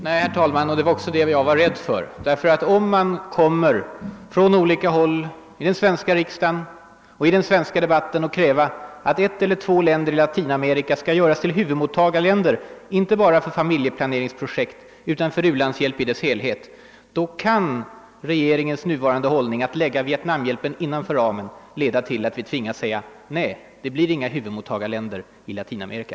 Herr talman! Det var också det jag var rädd för! Anta att man från olika håll i den svenska riksdagen eller i den svenska debatten kräver, att ett land eller kanske två länder i Latinamerika skall göras till huvudmottagarländer inte bara för familjeplaneringsprojekt utan för u-landshjälp i dess helhet. Då kan regeringens nuvarande hållning att lägga Vietnamhjälpen innanför ramen leda till att vi tvingas säga: Nej, det blir inga huvudmottagarländer i Latinamerika!